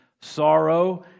sorrow